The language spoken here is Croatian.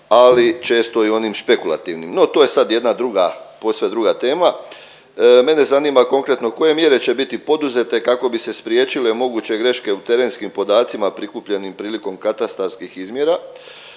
ali često i onim špekulativnim. No to je sad jedna druga, posve druga tema. Mene zanima konkretno koje mjere će biti poduzete kako bi se spriječile moguće greške u terenskim podacima prikupljenim prilikom katastarskih izmjera